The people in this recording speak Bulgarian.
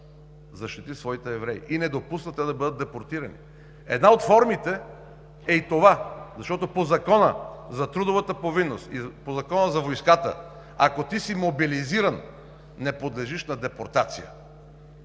защити своите евреи и не допусна те да бъдат депортирани. Една от формите е и това, защото по Закона за трудовата повинност и по Закона за войската, ако ти си мобилизиран, не подлежиш на депортация.